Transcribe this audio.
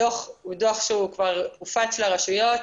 הדוח הוא דוח שהוא כבר הופץ לרשויות.